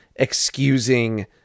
excusing